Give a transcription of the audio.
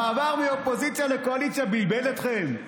המעבר מאופוזיציה לקואליציה בלבל אתכם?